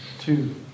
two